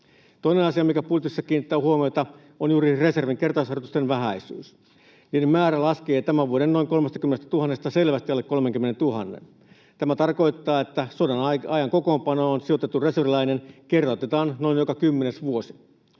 Toinen asia, mikä budjetissa kiinnittää huomiota, on juuri reservin kertausharjoitusten vähäisyys. Niiden määrä laskee tämän vuoden noin 30 000:sta selvästi alle 30 000:n. Tämä tarkoittaa, että sodanajan kokoonpanoon sijoitettu reserviläinen kertautetaan noin joka kymmenes vuosi.